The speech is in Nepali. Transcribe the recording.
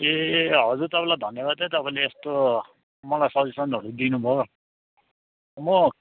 ए हजुर तपाईँलाई धन्यवाद है तपाईँले यस्तो मलाई सजेसनहरू दिनुभयो म